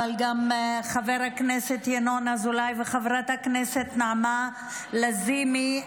אבל גם חבר הכנסת ינון אזולאי וחברת הכנסת נעמה לזימי,